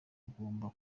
agomba